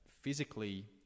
physically